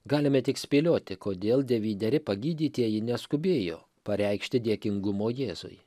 galime tik spėlioti kodėl devyneri pagydytieji neskubėjo pareikšti dėkingumo jėzui